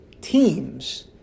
teams